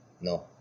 no